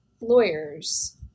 lawyers